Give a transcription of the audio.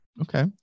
Okay